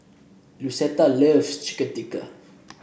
Lucetta loves Chicken Tikka